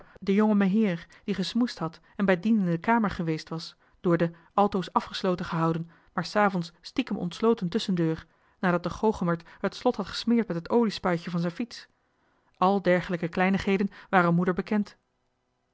de jonge meheer die gesmoesd had en bij dien in de kamer geweest was door de altoos afgesloten gehouden maar s avonds stiekem ontsloten tusschendeur nadat de goochemert het slot had gesmeerd met het oliespuitje van zijn fiets al johan de meester de zonde in het deftige dorp dergelijke kleinigheden waren moeder bekend